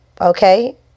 okay